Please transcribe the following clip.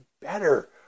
better